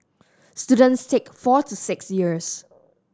students take four to six years